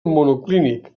monoclínic